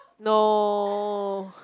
no